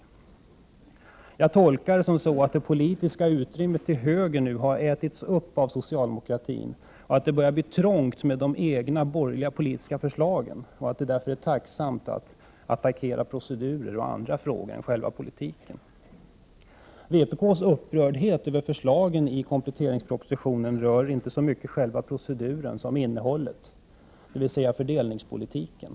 Jag tolkar situationen som att det politiska utrymmet till höger nu har ätits upp av socialdemokratin, att det börjar bli trångt med de egna borgerliga politiska förslagen och att det därför är tacksamt att attackera procedurer och andra frågor än själva politiken. Vpk:s upprördhet över förslagen i kompletteringspropositionen rör inte så mycket själva proceduren som innehållet, dvs. fördelningspolitiken.